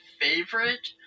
favorite